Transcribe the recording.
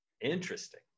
Interesting